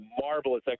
marvelous